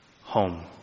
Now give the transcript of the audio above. home